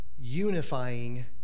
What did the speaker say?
unifying